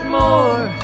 more